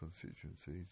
constituencies